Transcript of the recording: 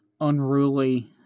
unruly